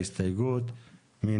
אבל בספירת ההסתייגויות של אוסאמה,